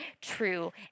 true